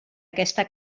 aquesta